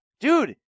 Dude